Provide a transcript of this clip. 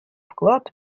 вклад